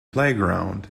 playground